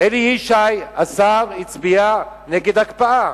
השר אלי ישי הצביע נגד ההקפאה.